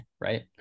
right